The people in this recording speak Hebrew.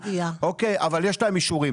אבל יש להם אישורים.